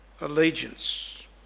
allegiance